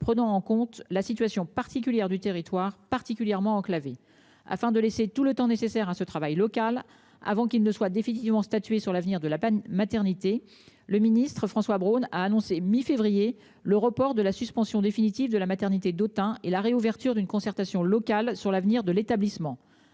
prenant en compte la situation particulière du Territoire particulièrement enclavé afin de laisser tout le temps nécessaire à ce travail local avant qu'il ne soit définitivement statuer sur l'avenir de la peine maternité le ministre François Braun a annoncé mi-février. Le report de la suspension définitive de la maternité d'Autun et la réouverture d'une concertation locale sur l'avenir de l'établissement.